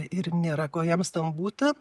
ir nėra ko jiems ten būti